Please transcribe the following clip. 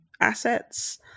assets